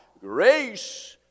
grace